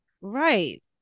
Right